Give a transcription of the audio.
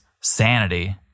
sanity